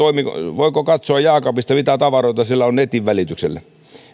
voiko katsoa jääkaapista mitä tavaroita siellä on netin välityksellä